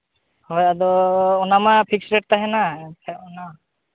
ᱦᱳᱭ ᱟᱫᱚ ᱚᱱᱟ ᱢᱟ ᱯᱷᱤᱠᱥ ᱨᱮᱴ ᱛᱟᱦᱮᱱᱟ ᱮᱱᱠᱷᱟᱡ ᱚᱱᱟ